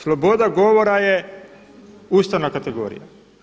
Sloboda govora je ustavna kategorija.